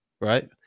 right